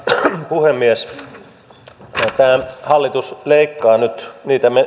puhemies tämä hallitus leikkaa nyt niitä